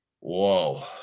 whoa